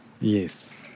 Yes